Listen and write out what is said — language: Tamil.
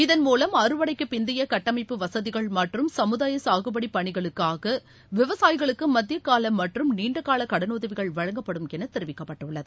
இதன்மூலம் அறுவடைக்குப் பிந்தைய கட்டமைப்பு வசதிகள் மற்றும் சமுதாய சாகுபடி பணிகளுக்காக விவசாயிகளுக்கு மத்திய கால மற்றும் நீண்டகால கடலுதவிகள் வழங்கப்படும் எள தெரிவிக்கப்பட்டுள்ளது